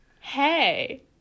hey